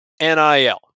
nil